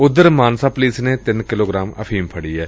ਉਧਰ ਮਾਨਸਾ ਪੁਲਿਸ ਨੇ ਤਿੰਨ ਕਿਲੋਗਰਾਮ ਅਫੀਮ ਫੜੀ ਏ